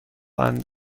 and